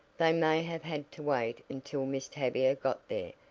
they may have had to wait until miss tavia got there,